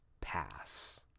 pass